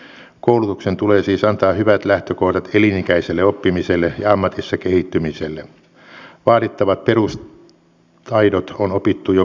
sdp sitä vastoin tekee tämän asian pikkuisen toisella lailla sieltä kauniitten kukkien ja lupausten ja paratiisin kautta mutta lopputulos on aivan sama